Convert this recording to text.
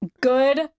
Good